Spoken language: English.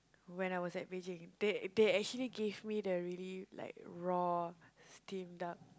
when I was at Beijing they they actually gave me the really like raw steamed duck